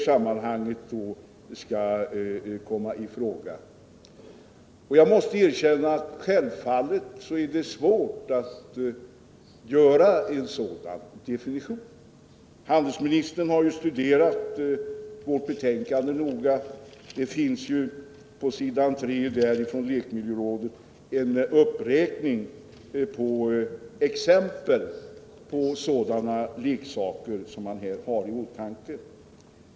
Jag måste erkänna att det självfallet är svårt att göra en sådan definition. Handelsministern har noga studerat vårt betänkande. På s. 3 finns en uppräkning av exempel på sådana leksaker som man här har i åtanke.